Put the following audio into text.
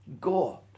God